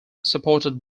supported